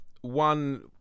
one